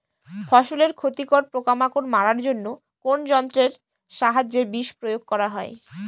ফসলের ক্ষতিকর পোকামাকড় মারার জন্য কোন যন্ত্রের সাহায্যে বিষ প্রয়োগ করা হয়?